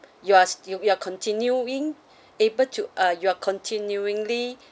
you are s~ you you are continuing able to uh you are continuingly